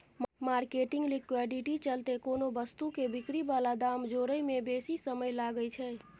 marketing liquidity चलते कोनो वस्तु के बिक्री बला दाम जोड़य में बेशी समय लागइ छइ